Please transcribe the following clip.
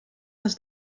les